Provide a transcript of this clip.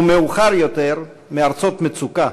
ומאוחר יותר, מארצות מצוקה,